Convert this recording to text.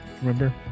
Remember